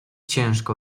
ciężko